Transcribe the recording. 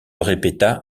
répéta